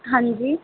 ਹਾਂਜੀ